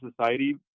society